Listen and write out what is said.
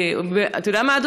אתה יודע מה,